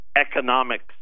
economics